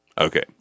Okay